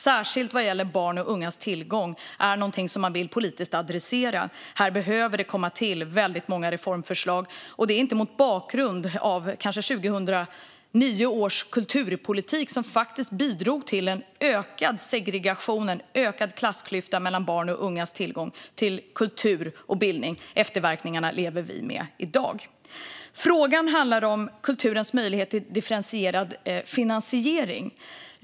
Särskilt barns och ungas tillgång till kulturen är någonting som man vill adressera politiskt. Här behöver det komma till väldigt många reformförslag. Mot bakgrund av 2009 års kulturpolitik, som faktiskt bidrog till en ökad segregation och en ökad klassklyfta mellan barns och ungas tillgång till kultur och bildning, lever vi med efterverkningarna i dag. Frågan handlade om kulturens möjlighet till differentierad finansiering.